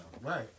right